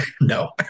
no